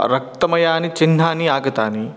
रक्तमयानि चिह्नानि आगतानि